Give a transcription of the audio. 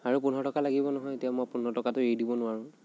আৰু পোন্ধৰ টকা লাগিব নহয় এতিয়া মই পোন্ধৰ টকাটো এৰি দিব নোৱাৰোঁ